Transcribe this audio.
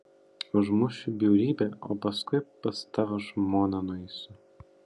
užmušiu bjaurybę o paskui pas tavo žmoną nueisiu